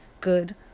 good